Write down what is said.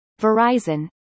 Verizon